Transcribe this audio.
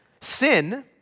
sin